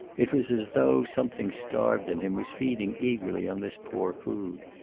it was as though something starved in him was feeding eagerly on this poor food.